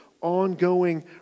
ongoing